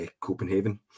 Copenhagen